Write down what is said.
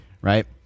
Right